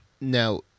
Now